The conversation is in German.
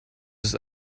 ist